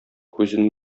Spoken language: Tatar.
күзен